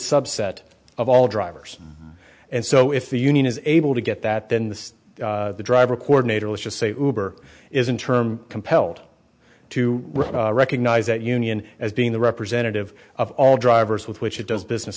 subset of all drivers and so if the union is able to get that then the driver coordinator let's just say it isn't term compelled to recognize that union as being the representative of all drivers with which it does business